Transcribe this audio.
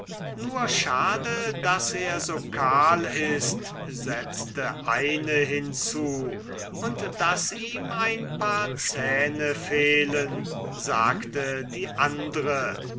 nur schade daß er so kahl ist setzte eine hinzu und daß ihm ein paar zähne fehlen sagte die andre